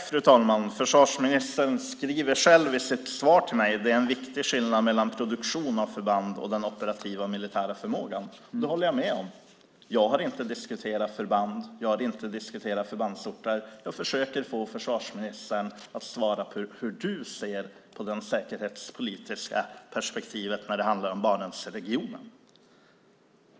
Fru talman! Försvarsministern skriver själv i sitt svar till mig att det är en viktig skillnad mellan produktion av förband och den operativa militära förmågan. Det håller jag med om. Jag har inte diskuterat förband eller förbandsorter. Jag försöker få försvarsministern att svara på hur han ser på det säkerhetspolitiska perspektivet när det handlar om Barentsregionen.